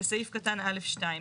בסעיף קטן (א)(2).